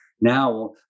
Now